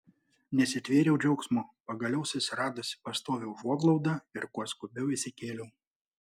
nesitvėriau džiaugsmu pagaliau susiradusi pastovią užuoglaudą ir kuo skubiau įsikėliau